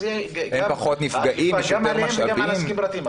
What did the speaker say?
אז אכיפה גם עליהם וגם על העסקים הפרטיים.